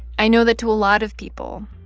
i know that to a lot of people,